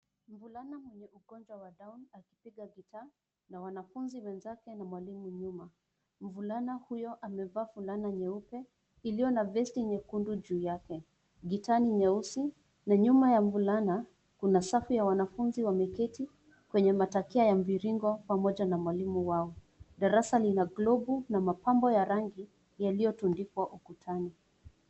Mvulana wenye ungojwa wa down anaonekana akishika gitaa, na wanafunzi wenzake na mwalimu nyuma. Mvulana huyo amevaa fulana nyeupe iliyo na festi nyekundu juu yake, gitaa ni nyeusi na nyuma ya mvulana kuna safu ya wanafunzi wameketi kwenye matakia ya mviringo pamoja na mwalimu wao. Darasa linakilopu na mapambo ya rangi yaliotundikwa ukutani.